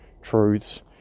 truths